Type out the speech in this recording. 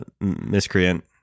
miscreant